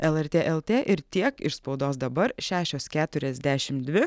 lrt lt ir tiek iš spaudos dabar šešios keturiasdešimt dvi